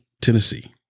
Tennessee